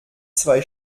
zwei